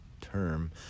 term